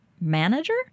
manager